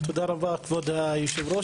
תודה רבה, כבוד היושב-ראש.